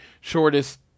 Shortest